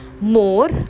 more